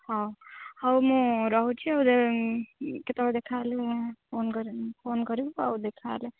ହଉ ହଉ ମୁଁ ରହୁଛି ଆଉ କେତେବେଳେ ଦେଖାହେଲେ ମୁଁ ଫୋନ୍ କରି ଫୋନ୍ କରିବୁ ଆଉ ଦେଖାହେଲେ